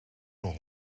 nog